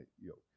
yoke